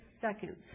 seconds